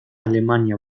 alemania